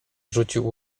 rzucił